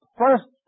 first